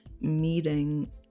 meeting